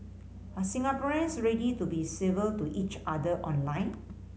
are Singaporeans ready to be civil to each other online